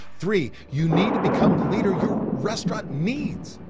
three, you need to become the leader your restaurant needs.